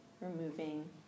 removing